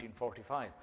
1945